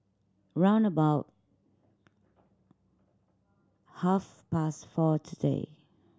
round about half past four today